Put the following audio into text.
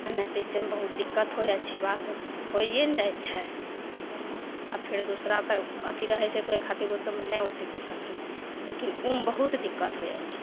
एनाहिते सबमे बहुत दिक्कत हो जाइ छै बाल होइए ने जाइ छै ईसबमे आओर फेर दोसरा तऽ अथी रहै छै तऽ ओहि खातिर ईसबमे नहि ओतेक दिक्कत होइ छै लेकिन ई मे बहुत दिक्कत हो जाइ छै